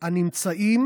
הנמצאים